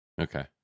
Okay